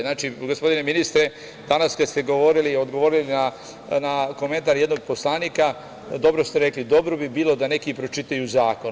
Znači, gospodine ministre, danas kada ste odgovorili na komentar jednog poslanika, dobro ste rekli – dobro bi bilo da neki pročitaju zakon.